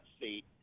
seat